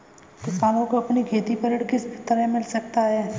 किसानों को अपनी खेती पर ऋण किस तरह मिल सकता है?